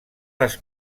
les